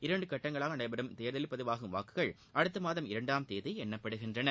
இரண்டு கட்டங்களாக நடைபெறும் தேர்தலில் பதிவாகும் வாக்குகள் அடுத்த மாதம் இரண்டாம் தேதி எண்ணப்படுகின்றன